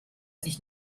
sich